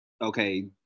okay